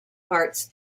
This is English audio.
parts